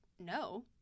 no